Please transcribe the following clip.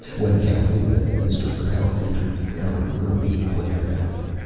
when calhoun and the minister for health entered the outer room, he glared at them.